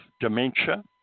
dementia